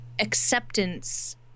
acceptance